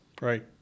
Right